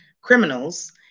criminals